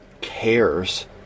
cares